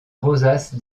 rosace